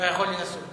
לכלול את